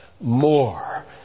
more